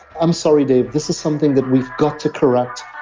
i'm sorry dave, this is something that we've got to correct